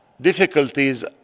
difficulties